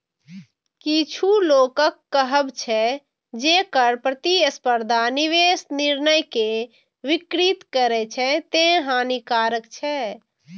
किछु लोकक कहब छै, जे कर प्रतिस्पर्धा निवेश निर्णय कें विकृत करै छै, तें हानिकारक छै